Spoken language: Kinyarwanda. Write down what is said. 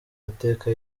mateka